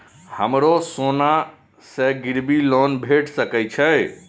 हमरो सोना से गिरबी लोन भेट सके छे?